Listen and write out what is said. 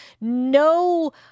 no